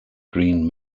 green